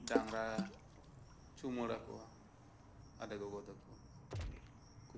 ᱰᱟᱝᱨᱟ ᱪᱩᱢᱟᱧᱲᱟ ᱠᱚᱣᱟ ᱟᱞᱮ ᱜᱚᱜᱚ ᱛᱟᱠᱚ